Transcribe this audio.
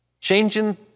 Changing